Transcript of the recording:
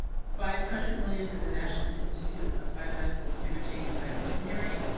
five hundred million to the national institute of biomedical imaging and bioengineering,